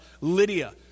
Lydia